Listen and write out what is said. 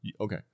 Okay